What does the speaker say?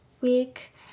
week